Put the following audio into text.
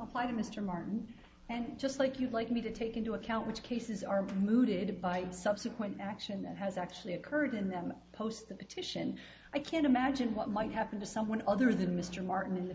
apply to mr martin and just like you'd like me to take into account which cases are mooted by subsequent action that has actually occurred and then post the petition i can't imagine what might happen to someone other than mr martin in the